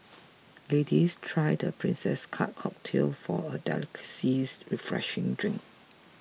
ladies try the Princess Cut cocktail for a delicate sees refreshing drink